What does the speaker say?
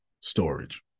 storage